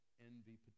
envy